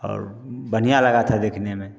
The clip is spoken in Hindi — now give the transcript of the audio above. और बढ़िया लगा था देखने में